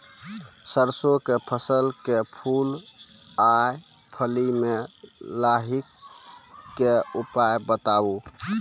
सरसों के फसल के फूल आ फली मे लाहीक के उपाय बताऊ?